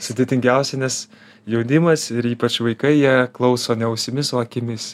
sudėtingiausia nes jaunimas ir ypač vaikai jie klauso ne ausimis o akimis